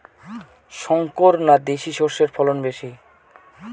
শংকর না দেশি সরষের ফলন বেশী?